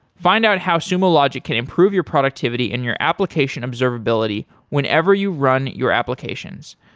find out how sumo logic can improve your productivity and your application observability whenever you run your applications.